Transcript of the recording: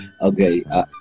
Okay